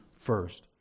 first